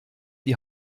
die